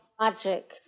magic